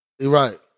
Right